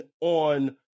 on